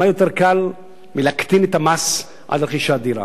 מה יותר קל מלהקטין את המס על רכישת דירה?